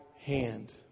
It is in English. hand